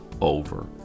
over